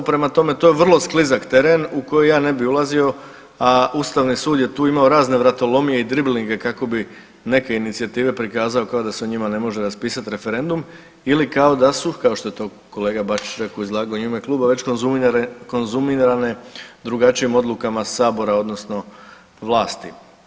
Prema tome, to je vrlo sklizak teren u koji ja ne bi ulazio, a Ustavni sud je tu imao razne vratolomije i driblinge kako bi neke inicijative prikazao kao da se o njima ne može raspisati referendum ili kao da su kao što je to kolega Bačić rekao u izlaganju u ime kluba već konzumirane drugačijim odlukama sabora odnosno vlasti.